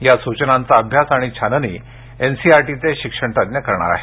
या सूचनांचा अभ्यास आणि छाननी एन सी आर टी चे शिक्षण तज्ञ करणार आहेत